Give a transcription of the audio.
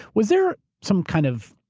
was there some kind of,